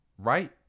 Right